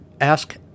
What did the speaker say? ask